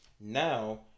Now